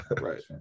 right